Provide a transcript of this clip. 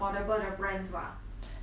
then I think 你可以去那种